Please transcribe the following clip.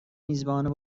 میزبان